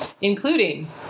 including